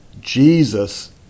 Jesus